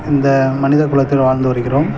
இந்த மனித குலத்தில் வாழ்ந்து வருகிறோம்